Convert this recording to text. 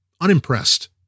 unimpressed